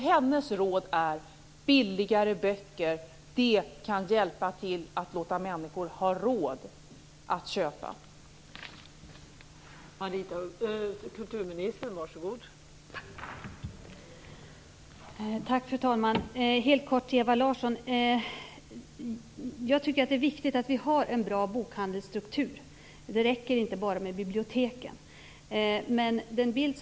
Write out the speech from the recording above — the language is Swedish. Hennes råd är att billigare böcker kan hjälpa till att ge människor råd att köpa böcker.